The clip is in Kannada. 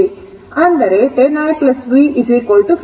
ಅಂದರೆ 10 i v 15 ಅದು ತೃಪ್ತಿಗೊಳ್ಳುತ್ತದೆ